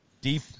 deep